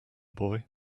boy